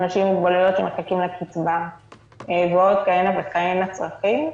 אנשים עם מוגבלויות שמחכים לקצבה ועוד כהנה כהנה צרכים,